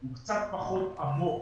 הוא קצת פחות עמוק